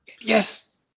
yes